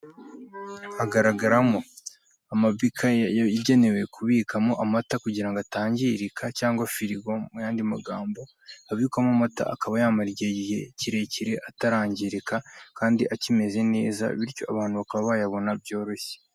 Hagaragaramo amabika yagenewe kubukwamo amata kugira ngo atangirika cyangwa firigo mu yandi magambo abikwamo amata akaba yamara igihe kirekire atarangirika kandi akimeze neza bityo abantu bakaba bayabona byoroshye.